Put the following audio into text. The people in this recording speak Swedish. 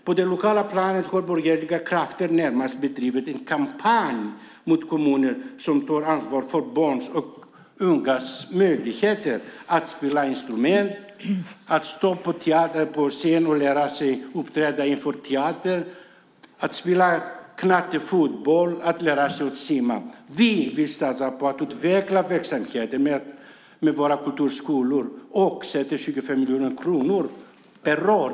På det lokala planet har borgerliga krafter närmast bedrivit en kampanj mot kommuner som tar ansvar för barns och ungas möjligheter att spela instrument, att uppträda på en teaterscen, spela knattefotboll och lära sig att simma. Vi vill satsa på att utveckla verksamheten med nuvarande kulturskolor och avsätter 25 miljoner kronor per år.